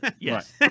Yes